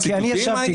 כי גם אני ישבתי,